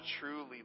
truly